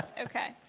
okay.